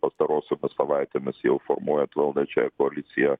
pastarosiomis savaitėmis jau formuojant valdančiąją koaliciją